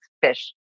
fish